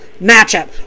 matchup